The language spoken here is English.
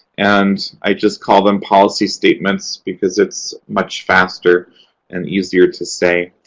and i just call them policy statements because it's much faster and easier to say.